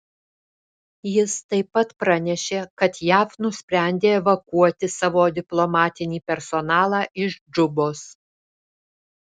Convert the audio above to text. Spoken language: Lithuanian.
jis taip pat pranešė kad jav nusprendė evakuoti savo diplomatinį personalą iš džubos